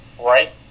right